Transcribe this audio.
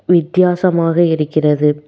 வித்தியாசமாக இருக்கிறது